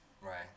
Right